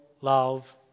love